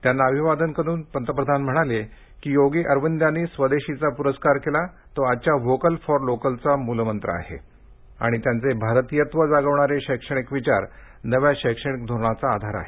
त्यांना अभिवादन करून पंतप्रधान म्हणाले की योगी अरविंदांनी स्वदेशीचा पुरस्कार केला तो आजच्या व्होकल फॉर लोकल चा मूलमंत्र आहे आणि त्यांचे भारतियत्व जागवणारे शैक्षणिक विचार नव्या शैक्षणिक धोरणाचा आधार आहेत